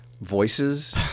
voices